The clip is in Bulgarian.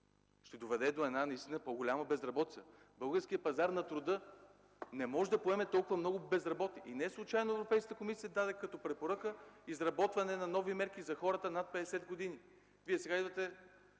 ще доведе до една наистина по-голяма безработица. Българският пазар на труда не може да поеме толкова много безработни. И не случайно Европейската комисия даде като препоръка изработване на нови мерки за хората над 50 години. Вие сега идвате,